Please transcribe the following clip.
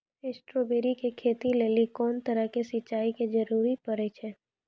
Strawberry के खेती लेली कोंन तरह के सिंचाई के जरूरी पड़े छै?